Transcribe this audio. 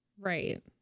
Right